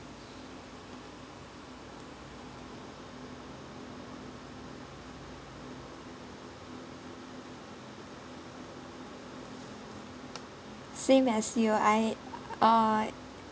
same as you I uh